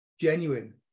genuine